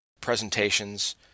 presentations